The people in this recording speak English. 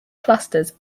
clusters